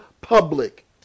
public